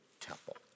temple